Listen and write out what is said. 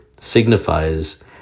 signifies